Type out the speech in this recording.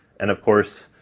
and of course